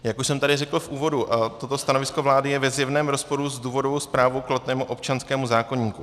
Jak už jsem tady řekl v úvodu, toto stanovisko vlády je ve zjevném rozporu s důvodovou zprávou k platnému občanskému zákoníku.